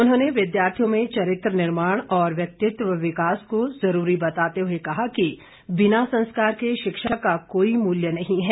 उन्होंने विद्यार्थियों में चरित्र निर्माण और व्यक्तित्व विकास को जरूरी बताते हुए कहा कि बिना संस्कार के शिक्षा का कोई मूल्य नहीं है